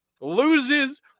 loses